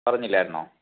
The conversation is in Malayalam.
പറഞ്ഞില്ലായിരുന്നോ